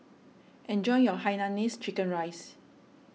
enjoy your Hainanese Chicken Rice